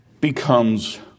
becomes